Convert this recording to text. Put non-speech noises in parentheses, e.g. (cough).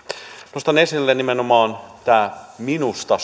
nostan esille nimenomaan tämän minusta (unintelligible)